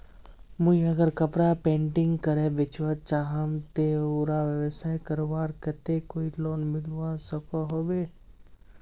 मुई अगर कपड़ा पेंटिंग करे बेचवा चाहम ते उडा व्यवसाय करवार केते कोई लोन मिलवा सकोहो होबे?